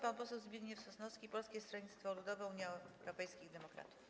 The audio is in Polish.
Pan poseł Zbigniew Sosnowski, Polskie Stronnictwo Ludowe - Unia Europejskich Demokratów.